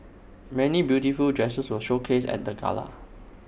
many beautiful dresses were showcased at the gala